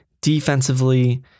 defensively